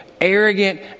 arrogant